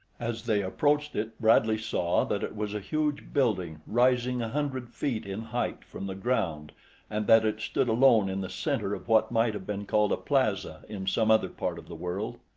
as they approached it, bradley saw that it was a huge building rising a hundred feet in height from the ground and that it stood alone in the center of what might have been called a plaza in some other part of the world.